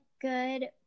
good